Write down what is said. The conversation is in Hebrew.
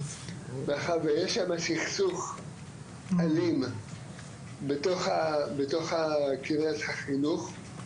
מאחר ויש שמה סכסוך אלים בתוך קריית החינוך,